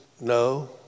no